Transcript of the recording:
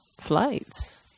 flights